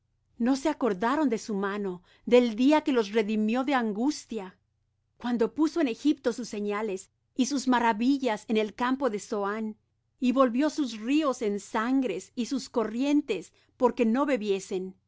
no se acordaron de su mano del día que los redimió de angustia cuando puso en egipto sus señales y sus maravillas en el campo de zoán y volvió sus ríos en sangre y sus corrientes porque no bebiesen